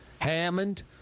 Hammond